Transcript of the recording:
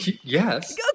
Yes